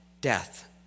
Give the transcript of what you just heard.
death